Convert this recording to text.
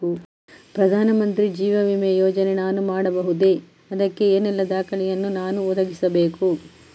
ಪ್ರಧಾನ ಮಂತ್ರಿ ಜೀವ ವಿಮೆ ಯೋಜನೆ ನಾನು ಮಾಡಬಹುದೇ, ಅದಕ್ಕೆ ಏನೆಲ್ಲ ದಾಖಲೆ ಯನ್ನು ನಾನು ಒದಗಿಸಬೇಕು?